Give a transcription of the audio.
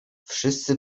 wszyscy